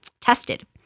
tested